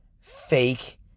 fake